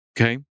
Okay